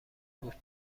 بود